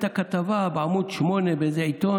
הייתה כתבה בעמ' 8 באיזה עיתון,